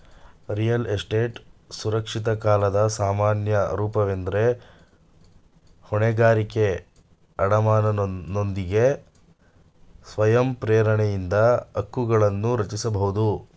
real estate ಸುರಕ್ಷಿತ ಕಾಲದ ಸಾಮಾನ್ಯ ರೂಪವೆಂದ್ರೆ ಹೊಣೆಗಾರಿಕೆ ಅಡಮಾನನೊಂದಿಗೆ ಸ್ವಯಂ ಪ್ರೇರಣೆಯಿಂದ ಹಕ್ಕುಗಳನ್ನರಚಿಸಬಹುದು